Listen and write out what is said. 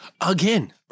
again